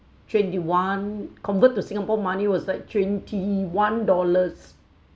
twenty-one convert to singapore money was like twenty-one dollars